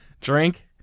Drink